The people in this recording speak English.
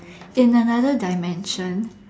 in another dimension